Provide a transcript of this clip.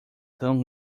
tão